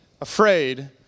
afraid